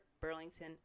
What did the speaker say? Burlington